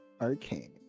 Arcane